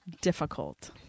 difficult